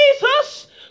Jesus